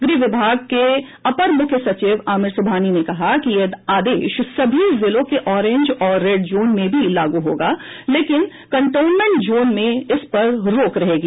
गृह विभाग के अपर मुख्य सचिव आमिर सुबहानी ने कहा कि यह आदेश सभी जिलों के ऑरेंज और रेड जोन में भी लागू होगा लेकिन कन्टेनमेंट जोन में इसपर रोक रहेगी